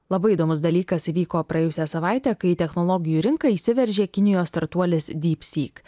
labai įdomus dalykas įvyko praėjusią savaitę kai į technologijų rinką įsiveržė kinijos startuolis dypsyk